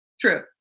True